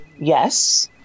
Yes